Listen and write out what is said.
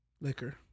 Liquor